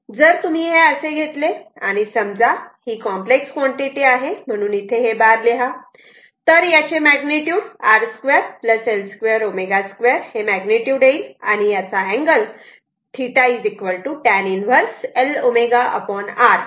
जर तुम्ही हे असे घेतले आणि समजा ही कॉम्प्लेक्स क्वांटिटी आहे म्हणून इथे हे बार लिहा याचे R 2 L 2 ω 2 हे मॅग्निट्युड येईल आणि अँगल tan 1 L ω R असा येईल